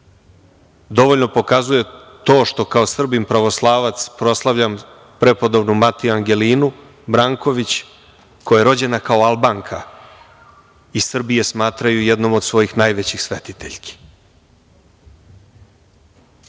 dovoljno pokazuje to što kao Srbin pravoslavac, proslavljam Prepodobnu mati Angelinu Branković, koja je rođena kao Albanka, i Srbi je smatraju jednom od svoji najvećih svetiteljki. Ali,